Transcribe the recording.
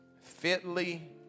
fitly